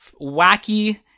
wacky